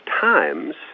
times